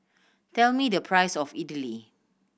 tell me the price of Idili